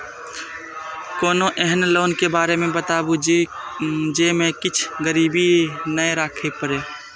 कोनो एहन लोन के बारे मे बताबु जे मे किछ गीरबी नय राखे परे?